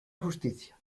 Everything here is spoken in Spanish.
justicia